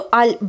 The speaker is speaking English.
al